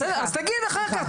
אז תגיד אחר כך.